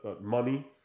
money